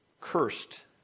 cursed